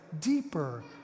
deeper